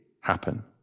happen